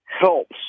helps